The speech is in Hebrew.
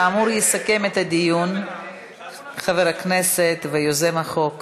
כאמור, יסכם את הדיון חבר הכנסת ויוזם החוק